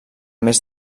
més